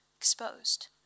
Exposed